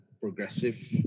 progressive